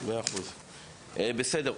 בסדר.